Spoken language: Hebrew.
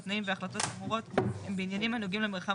התנאים וההחלטות האמורות הם בעניינים הנוגעים למרחב